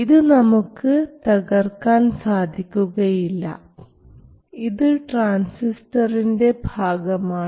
ഇത് നമുക്ക് തകർക്കാൻ സാധിക്കുകയില്ല ഇത് ട്രാൻസിസ്റ്ററിൻറെ ഭാഗമാണ്